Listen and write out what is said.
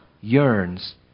yearns